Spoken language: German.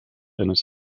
eines